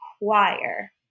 require